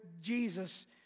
Jesus